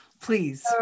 please